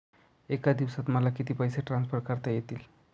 एका दिवसात मला किती पैसे ट्रान्सफर करता येतील?